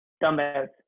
Dumbbells